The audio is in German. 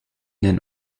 den